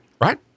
right